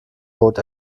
bot